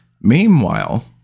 Meanwhile